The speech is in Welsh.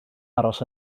aros